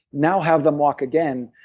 now have them walk again,